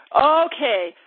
Okay